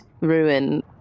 ruin